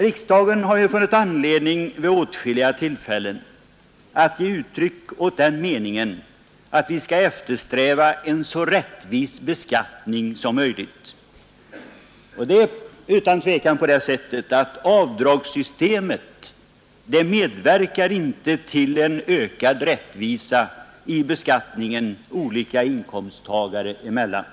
Riksdagen har tidigare vid åtskilliga tillfällen funnit anledning att ge uttryck åt den meningen att vi skall eftersträva en så rättvis beskattning som möjligt, och det är otvivelaktigt så att avdragssystemet inte medverkar till en ökad rättvisa i beskattningen olika inkomsttagare emellan.